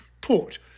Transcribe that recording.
port